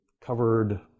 covered